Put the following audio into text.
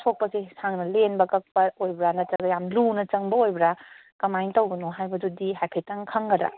ꯁꯣꯛꯄꯁꯦ ꯁꯥꯡꯅ ꯂꯦꯟꯕ ꯀꯛꯄ ꯑꯣꯏꯕ꯭ꯔꯥ ꯅꯠꯇ꯭ꯔꯒ ꯌꯥꯝ ꯂꯨꯅ ꯆꯪꯕ ꯑꯣꯏꯕ꯭ꯔꯥ ꯀꯃꯥꯏꯅ ꯇꯧꯕꯅꯣ ꯍꯥꯏꯕꯗꯨꯗꯤ ꯍꯥꯏꯐꯦꯠꯇꯪ ꯈꯪꯒꯗ꯭ꯔꯥ